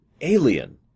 alien